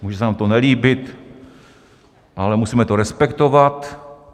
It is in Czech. Může se nám to nelíbit, ale musíme to respektovat.